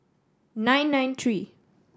nine nine three